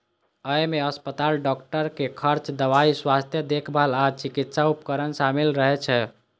अय मे अस्पताल, डॉक्टर के खर्च, दवाइ, स्वास्थ्य देखभाल आ चिकित्सा उपकरण शामिल रहै छै